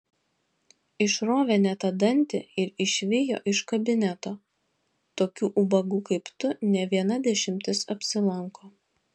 išrovė ne tą dantį ir išvijo iš kabineto tokių ubagų kaip tu ne viena dešimtis apsilanko